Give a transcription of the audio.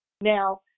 Now